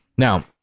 Now